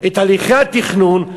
את הליכי התכנון,